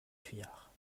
fuyards